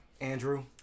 Andrew